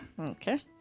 Okay